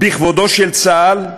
בכבודו של צה"ל,